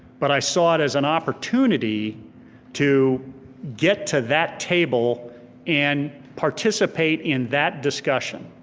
but i saw it as an opportunity to get to that table and participate in that discussion.